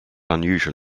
unusual